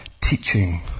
teaching